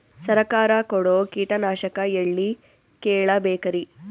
ಸರಕಾರ ಕೊಡೋ ಕೀಟನಾಶಕ ಎಳ್ಳಿ ಕೇಳ ಬೇಕರಿ?